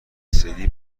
سری